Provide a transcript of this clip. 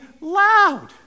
loud